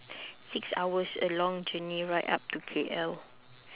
six hours a long journey right up to K_L